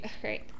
Great